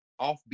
offbeat